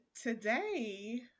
today